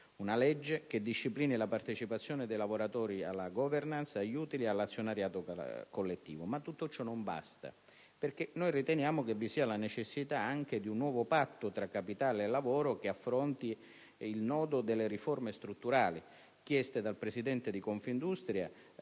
una legge che disciplini la partecipazione dei lavoratori alla *governance*, agli utili e all'azionariato collettivo. Tutto ciò, però, non basta; noi riteniamo vi sia anche la necessità di un nuovo patto tra capitale e lavoro, che affronti il nodo delle riforme strutturali, chieste dal Presidente di Confindustria